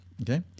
Okay